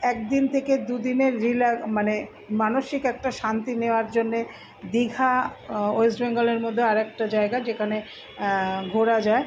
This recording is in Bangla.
এক দিন থেকে দুদিনের মানে মানসিক একটা শান্তি নেওয়ার জন্যে দীঘা ওয়েস্ট বেঙ্গলের মধ্যে আরেকটা জায়গা যেখানে ঘোরা যায়